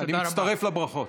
אני מצטרף לברכות.